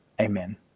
Amen